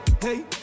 hey